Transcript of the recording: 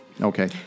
Okay